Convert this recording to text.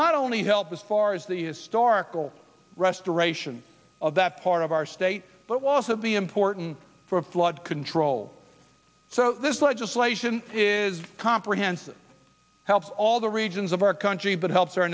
not only help as far as the historical restoration of that part of our state but also be important for flood control so this legislation is comprehensive helps all the regions of our country but helps our